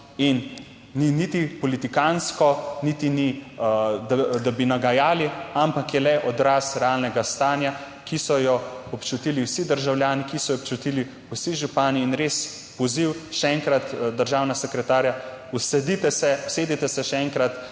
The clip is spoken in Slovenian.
niti politikantsko niti ni, da bi nagajali, ampak je le odraz realnega stanja, ki so jo občutili vsi državljani, ki so jo občutili vsi župani. In res poziv, še enkrat državna sekretarja: usedíte se, usédite